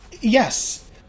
yes